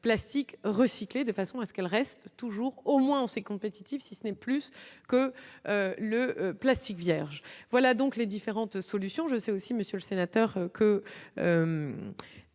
plastiques recyclés, de façon à ce qu'elle reste toujours au moins on sait compétitif, si ce n'est plus que le plastique vierge, voilà donc les différentes solutions, je sais aussi, monsieur le sénateur que